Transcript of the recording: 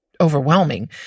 overwhelming